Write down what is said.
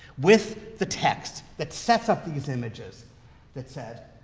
with the text that sets up these images that said,